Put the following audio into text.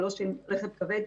אבל לא של רכב כבד,